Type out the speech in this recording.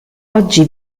oggi